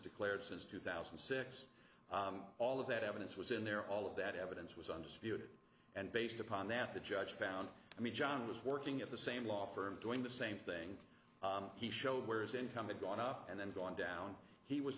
declared since two thousand and six all of that evidence was in there all of that evidence was undisputed and based upon that the judge found i mean john was working at the same law firm doing the same thing he showed where his income had gone up and then gone down he was